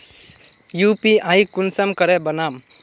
UPI कुंसम करे बनाम?